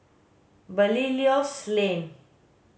Belilios Lane